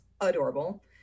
Adorable